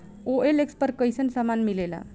OLX पर कइसन सामान मीलेला?